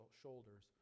shoulders